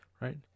Right